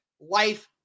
life